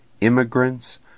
immigrants